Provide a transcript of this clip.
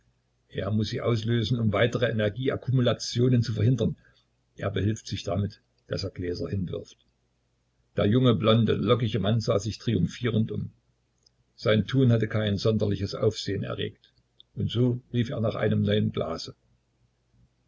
er muß sie auslösen um weitere energieakkumulationen zu verhindern er behilft sich damit daß er gläser hinwirft der junge blonde lockige mann sah sich triumphierend um sein tun hatte kein sonderliches aufsehen erregt und so rief er nach einem neuen glase